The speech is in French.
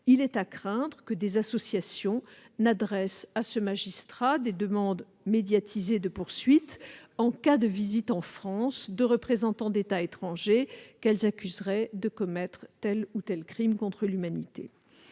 il est à craindre que des associations n'adressent à ce magistrat des demandes médiatisées de poursuites en cas de visite en France de représentants d'États étrangers qu'elles accuseraient d'avoir commis tel ou tel crime contre l'humanité.